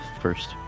first